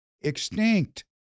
extinct